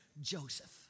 Joseph